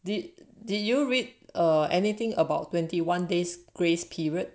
did did you read uh anything about twenty one days grace period